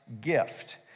gift